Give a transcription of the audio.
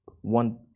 one